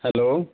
hello